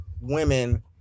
women